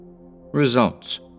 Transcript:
Results